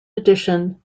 addition